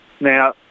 Now